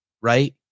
right